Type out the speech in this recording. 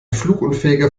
flugunfähiger